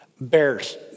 Bears